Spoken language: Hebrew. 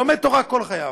לומד תורה כל חייו,